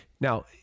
Now